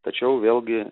tačiau vėlgi